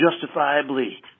justifiably